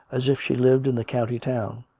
as if she lived in the county town.